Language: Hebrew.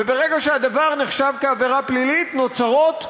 וברגע שהדבר נחשב לעבירה פלילית נוצרות סמכויות,